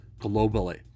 globally